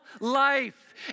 life